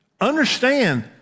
understand